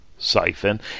siphon